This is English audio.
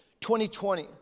2020